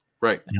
right